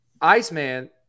Iceman